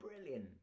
brilliant